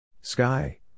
Sky